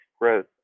growth